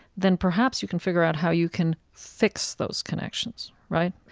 then perhaps you can figure out how you can fix those connections. right?